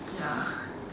ya